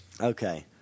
Okay